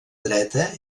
dreta